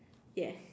yes